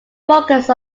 focused